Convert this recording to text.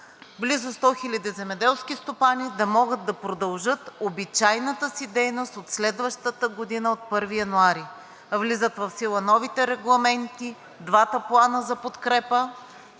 близо 100 хиляди земеделски стопани да могат да продължат обичайната си дейност от следващата година, от 1 януари. Влизат в сила новите регламенти, двата плана за подкрепа